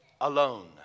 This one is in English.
alone